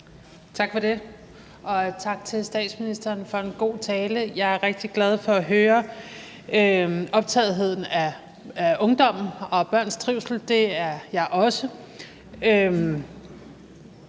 Tak for det, og tak til statsministeren for en god tale. Jeg er rigtig glad for at høre, at man er optaget af ungdommen og børns trivsel. Det er jeg også.